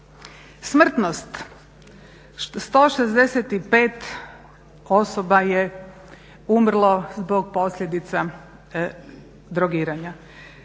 Smrtnost, 165 osoba je umrlo zbog posljedica drogiranja.